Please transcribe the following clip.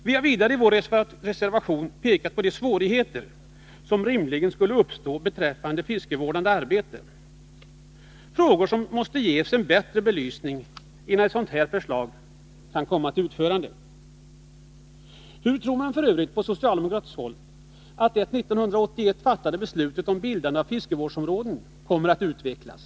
Vi har vidare i vår reservation pekat på de svårigheter som rimligen skulle uppstå beträffande fiskevårdande arbete — frågor som måste ges en bättre belysning, innan ett sådant här förslag kan komma till utförande. Hur tror manf. ö. på socialdemokratiskt håll att det 1981 fattade beslutet om bildande av fiskevårdsområden kommer att utvecklas?